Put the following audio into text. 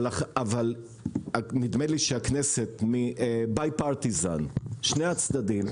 אבל נדמה לי שהכנסת, שני הצדדים,